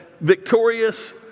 victorious